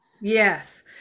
Yes